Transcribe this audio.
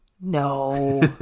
No